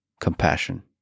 compassion